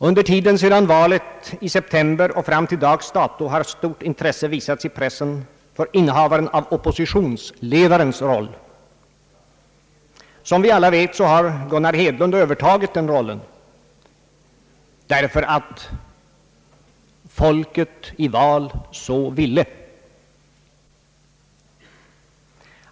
Under tiden sedan valet i september och fram till dags dato har stort intresse visats i pressen för innehavaren av oppositionsledarens roll. Som vi alla vet har Gunnar Hedlund övertagit den rollen, därför att folket i val så ville.